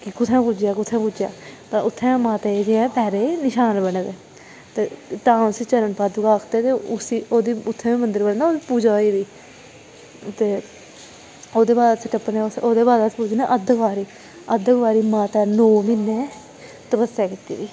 कि कु'त्थें पुज्जे कुत्थें पुज्जेआ ते उत्थें माता दे पैरें दे नशान बने दे ते तां उसी चरण पादुका आखदे ते उसी ओह्दी उत्थें बी मन्दर बने दा पूजा होई दी ते ओह्दे बाद अस टप्पने ओह्दे बाद अस पुज्जने अद्ध कवारी अद्ध कवारी माता नौ म्हीने तपस्सेआ कीती दी